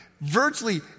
virtually